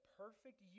perfect